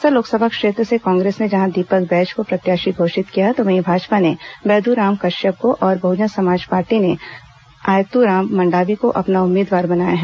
बस्तर लोकसभा क्षेत्र से कांग्रेस ने जहां दीपक बैज को प्रत्याशी घोषित किया है तो वहीं भाजपा ने बैद्राम कश्यप को और बह्जन समाज पार्टी ने आयत्राम मंडावी को अपना उम्मीदवार बनाया है